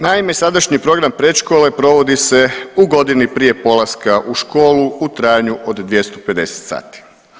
Naime, sadašnji program predškole provodi se u godini prije polaska u školu u trajanju od 250 sati.